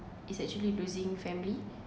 it's actually losing family